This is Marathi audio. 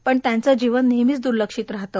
पण त्यांचे जीवन नेहमीच दुर्लक्षित राहते